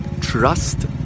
Trust